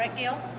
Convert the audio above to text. ah gail?